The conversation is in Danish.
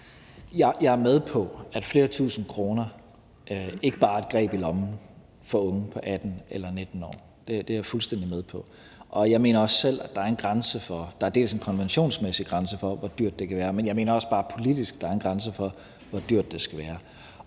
Jeg er med på, at flere tusinde kroner ikke bare er et greb i lommen for unge på 18 eller 19 år; det er jeg fuldstændig med på. Og jeg mener også selv, at der er en grænse. Der er en konventionsmæssig grænse for, hvor dyrt det kan være, men jeg mener også bare, at der politisk er en grænse for, hvor dyrt det skal være.